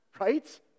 right